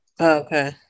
okay